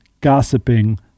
gossiping